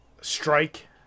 strike